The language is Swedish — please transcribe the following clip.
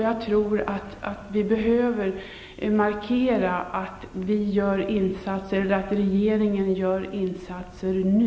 Jag tror att vi behöver markera att regeringen gör insatser nu.